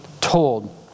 told